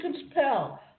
compel